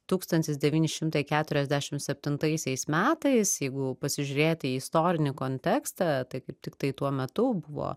tūkstantis devyni šimtai keturiasdešim septintaisiais metais jeigu pasižiūrėti į istorinį kontekstą tai kaip tiktai tuo metu buvo